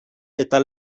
eta